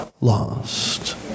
lost